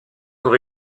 pour